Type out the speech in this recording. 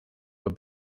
were